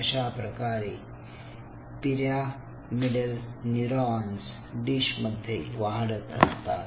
अशाप्रकारे pyramidal neurons dish मध्ये वाढत असतात